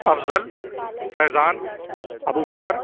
Afzal Faizan Abu Bakr